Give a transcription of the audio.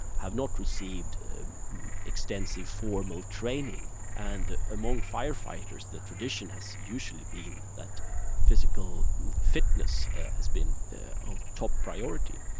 have not received extensive formal training, and among firefighters the tradition has usually been that physical fitness has been of top priority,